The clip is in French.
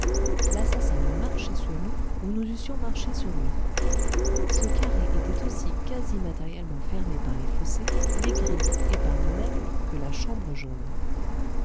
eût marché sur nous ou nous eussions marché sur lui ce carré était aussi quasi matériellement fermé par les fossés les grilles et par nous-mêmes que la chambre jaune